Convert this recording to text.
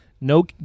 no